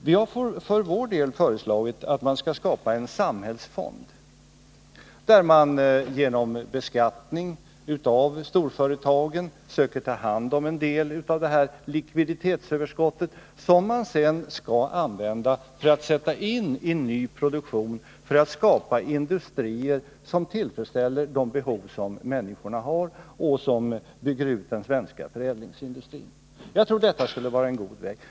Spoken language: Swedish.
Vi har för vår del föreslagit att man skall skapa en samhällsfond, där man genom beskattning av storföretagen söker ta hand om en del av detta likviditetsöverskott, som man sedan skall sätta in i nyproduktion för att skapa industrier som tillfredsställer de behov som människorna har och som bygger ut den svenska förädlingsindustrin. Jag tror att det skulle vara en god väg.